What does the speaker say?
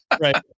Right